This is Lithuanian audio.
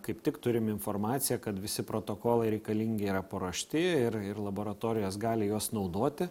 kaip tik turim informaciją kad visi protokolai reikalingi yra paruošti ir ir laboratorijos gali juos naudoti